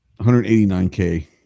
189K